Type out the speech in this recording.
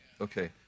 Okay